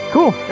Cool